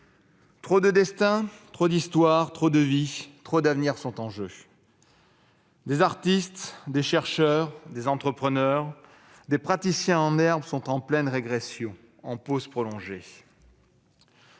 Trop de destins, trop d'histoires, trop de vies, trop d'avenirs sont en jeu. Des artistes, des chercheurs, des entrepreneurs, des praticiens en herbe sont en pleine régression, en pause prolongée.